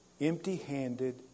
empty-handed